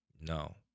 No